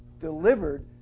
delivered